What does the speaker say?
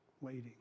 waiting